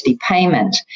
payment